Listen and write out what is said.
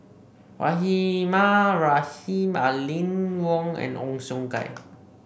Rahimah Rahim Aline Wong and Ong Siong Kai